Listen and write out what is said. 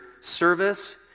service